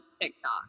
TikTok